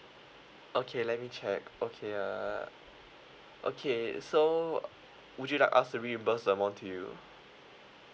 okay let me check okay ah okay so would you like us to reimburse the amount to you